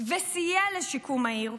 וסייע לשיקום העיר,